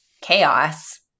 chaos